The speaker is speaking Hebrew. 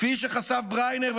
כפי שחשף בריינר,